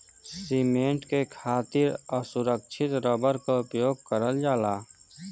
cement के खातिर असुरछित रबर क उपयोग करल जाला